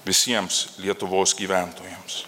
visiems lietuvos gyventojams